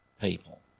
people